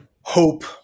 hope